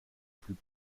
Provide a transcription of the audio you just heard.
plus